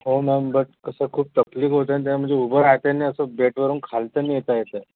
हो ma'am but कसं खूप तकलीफ होत आहे त्यामुळे उभं राहते ना तर बेडवरून खाली नाही येता येत आहे